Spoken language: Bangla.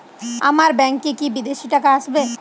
আমার ব্যংকে কি বিদেশি টাকা আসবে?